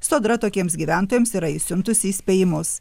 sodra tokiems gyventojams yra išsiuntusi įspėjimus